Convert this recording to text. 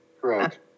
correct